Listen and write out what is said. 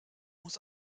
muss